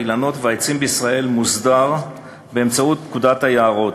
האילנות והעצים בישראל מוסדר באמצעות פקודת היערות,